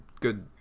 good